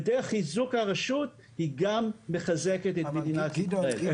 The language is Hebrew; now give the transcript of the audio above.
ודרך חיזוק הרשות היא גם מחזקת את מדינת ישראל.